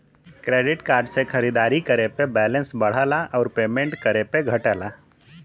credit card से खरीदारी करे पे बैलेंस बढ़ला आउर पेमेंट करे पे घटला